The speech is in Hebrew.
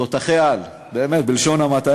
תותחי-על בלשון המעטה.